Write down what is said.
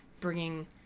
bringing